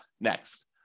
next